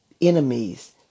enemies